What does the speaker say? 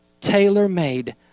tailor-made